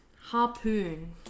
harpoon